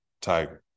Tiger